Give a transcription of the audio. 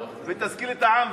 ותשכיל את העם,